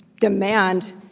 demand